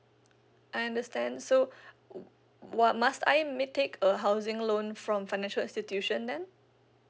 I understand so what must I may take a housing loan from financial situation then